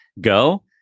go